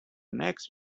next